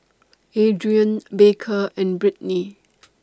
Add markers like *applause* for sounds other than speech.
Adriene Baker and Brittni *noise*